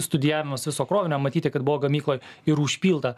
studijavimas viso krovinio matyti kad buvo gamykloj ir užpilta